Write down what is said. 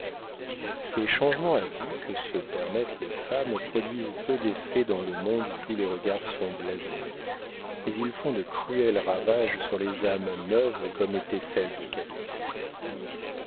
ces changements à vue que se permettent les femmes produisent peu d'effet dans le monde où tous les regards sont blasés mais ils font de cruels ravages sur les âmes neuves comme était celle de calyste